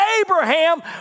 Abraham